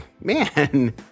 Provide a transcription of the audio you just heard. Man